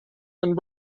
and